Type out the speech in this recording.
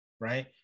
right